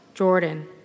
Jordan